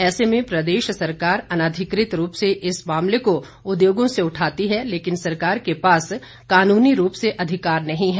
ऐसे में प्रदेश सरकार अनाधिकृत रूप से इस मामले को उद्योगों से उठाती है लेकिन सरकार के पास कानूनी रूप से अधिकार नहीं है